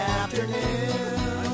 afternoon